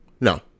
No